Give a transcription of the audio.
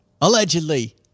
allegedly